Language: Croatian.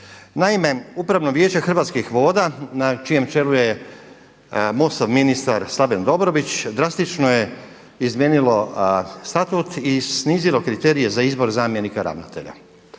Naime, upravno vijeće Hrvatskih voda na čijem čelu je MOST-ov ministar Slaven Dobrović drastično je izmijenilo statut i snizilo kriterije za izbor zamjenika ravnatelja.